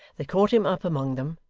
they caught him up among them,